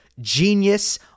genius